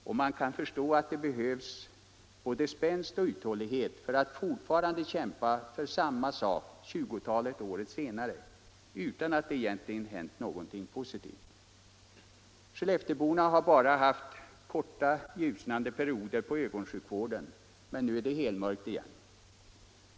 Och man kan förstå att det behövs både spänst och uthållighet för att fortfarande kämpa för samma sak tjugotalet år senare, utan att det egentligen hänt — Nr 23 något positivt. Skellefteborna har bara haft korta ljusnande perioder inom Tisdagen den ögonsjukvården, men nu är det helmörkt igen.